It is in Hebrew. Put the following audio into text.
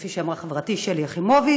כפי שאמרה חברתי שלי יחימוביץ,